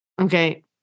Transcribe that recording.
Okay